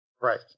Right